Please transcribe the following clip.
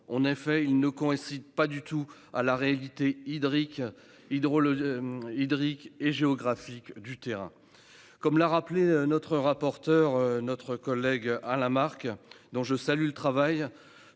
en ce qu'il ne coïncide pas du tout avec la réalité hydrique et géographique du terrain. Comme l'a rappelé notre rapporteur Alain Marc, dont je salue le travail,